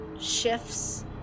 shifts